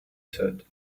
said